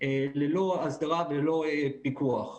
ללא הסדרה וללא פיקוח.